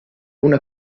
una